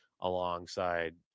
alongside